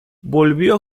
volvió